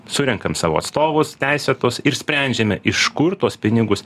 surenkam savo atstovus teisėtus ir sprendžiame iš kur tuos pinigus